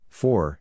four